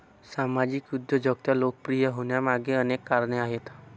सामाजिक उद्योजकता लोकप्रिय होण्यामागे अनेक कारणे आहेत